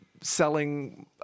selling